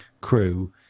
crew